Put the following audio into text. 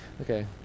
Okay